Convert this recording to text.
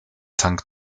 tank